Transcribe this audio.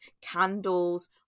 candles